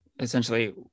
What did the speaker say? essentially